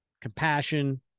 compassion